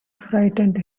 frightened